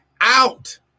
out